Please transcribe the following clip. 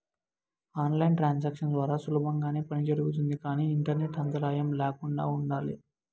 on line transactions ద్వారా సులభంగానే పని జరుగుతుంది కానీ ఇంటర్నెట్ అంతరాయం ల్యాకుండా ఉండాలి